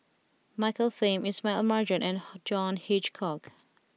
Michael Fam Ismail Marjan and John Hitchcock